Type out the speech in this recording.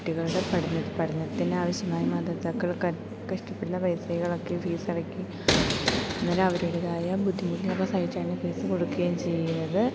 കുട്ടികളുടെ പഠനത്തിനാവശ്യമായി മാതാപിതാക്കൾ കഷ്ടപ്പെടുന്ന പൈസകളൊക്കെ ഫീസ് അടക്കി എന്നാലവരുടേതായ ബുദ്ധിമുട്ടിനൊക്കെ സഹിച്ചാണ് ഫീസ് കൊടുക്കുകയും ചെയ്യുന്നത്